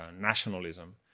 nationalism